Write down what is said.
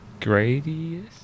Gradius